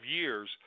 years